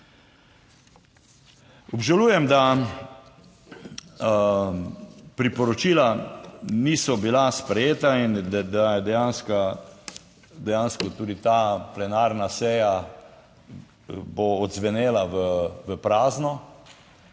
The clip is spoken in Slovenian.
Obžalujem, da priporočila niso bila sprejeta in da je dejansko, dejansko tudi ta plenarna seja bo odzvenela v prazno,